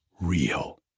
real